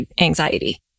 anxiety